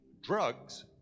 drugs